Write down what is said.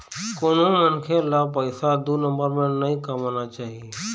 कोनो मनखे ल पइसा दू नंबर म नइ कमाना चाही